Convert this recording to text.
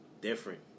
different